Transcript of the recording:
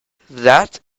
that